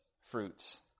fruits